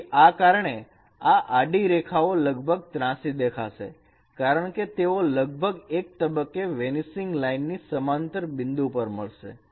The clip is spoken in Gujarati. તેથી આ કારણે આ આડી રેખાઓ લગભગ ત્રાંસી દેખાશે કારણ કે તેઓ લગભગ એક તબક્કે વેનિસિંગ લાઈનની સમાંતર બિંદુ પર મળશે